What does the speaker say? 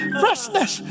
freshness